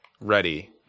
ready